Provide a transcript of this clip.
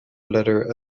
letter